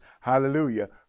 Hallelujah